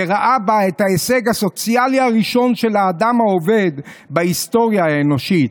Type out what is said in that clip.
וראה בה את "ההישג הסוציאלי הראשון של האדם העובד בהיסטוריה האנושית".